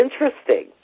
interesting